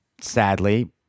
sadly